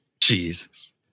Jesus